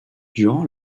durant